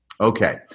Okay